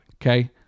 okay